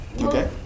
Okay